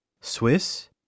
Swiss